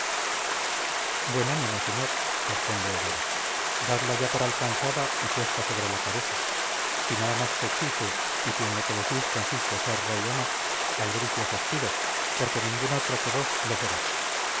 buen ánimo señor responde ebares dadla ya por alcanzada y puesta sobre la cabeza si nada más se exige y si en lo que decís consiste ser rey o no albricias os pido porque ningún otro que vos lo será